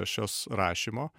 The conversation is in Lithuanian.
šios rašymo